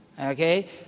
Okay